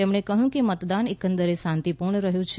તેમણે કહ્યું કે મતદાન એકંદરે શાંતિપૂર્ણ રહ્યું છે